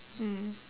mm